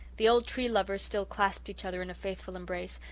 the old tree lovers still clasped each other in a faithful embrace,